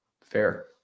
Fair